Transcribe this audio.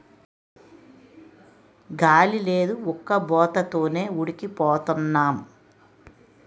గాలి లేదు ఉక్కబోత తోనే ఉడికి పోతన్నాం